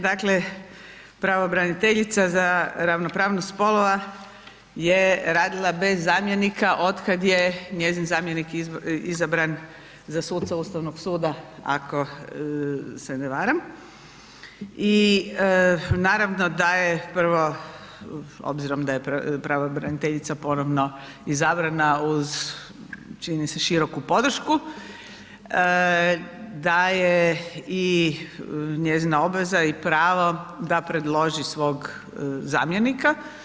Dakle, pravobraniteljica za ravnopravnost spolova je radila bez zamjenika od kad je njezin zamjenik izabran za suca Ustavnog suda, ako se ne varam, i naravno da je prvo, obzirom da je pravobraniteljica ponovno izabrana uz, čini mi se široku podršku, da je i njezina obveza i pravo da predloži svog zamjenika.